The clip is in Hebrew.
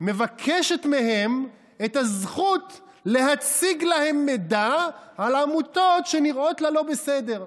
ומבקשת מהם את הזכות להציג להם מידע על העמותות שנראות לה לא בסדר.